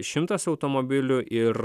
šimtas automobilių ir